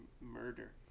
murder